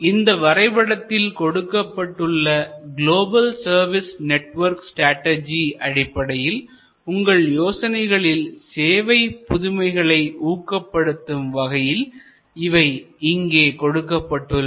இந்த வரைபடத்தில் கொடுக்கப்பட்டுள்ள கிலோபல் சர்வீஸ் நெட்வொர்க் ஸ்டட்டர்ஜி அடிப்படையில் உங்கள் யோசனைகளில் சேவை புதுமைகளை ஊக்கப்படுத்தும் வகையில் இவை இங்கே கொடுக்கப்பட்டுள்ளன